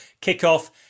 kickoff